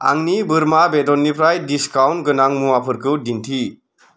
आंनि बोरमा बेदरनिफ्राय डिसकाउन्ट गोनां मुवाफोरखौ दिन्थि